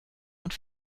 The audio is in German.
und